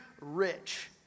rich